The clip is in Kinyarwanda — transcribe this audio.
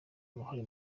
uruhare